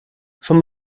van